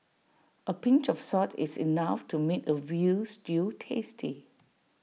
A pinch of salt is enough to make A Veal Stew tasty